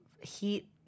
heat